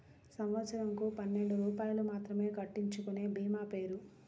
సంవత్సరంకు పన్నెండు రూపాయలు మాత్రమే కట్టించుకొనే భీమా పేరు?